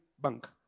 bank